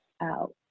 out